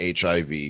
HIV